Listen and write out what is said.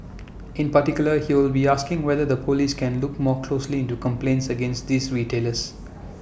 in particular he will be asking whether the Police can look more closely into complaints against these retailers